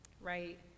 right